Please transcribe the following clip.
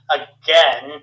again